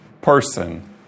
person